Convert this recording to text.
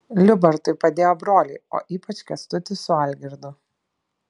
liubartui padėjo broliai o ypač kęstutis su algirdu